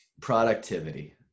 Productivity